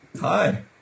Hi